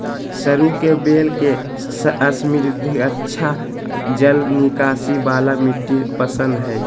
सरू के बेल के समृद्ध, अच्छा जल निकासी वाला मिट्टी पसंद हइ